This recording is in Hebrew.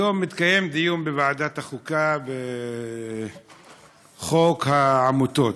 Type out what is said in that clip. היום התקיים בוועדת החוקה דיון בחוק העמותות.